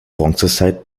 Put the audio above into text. bronzezeit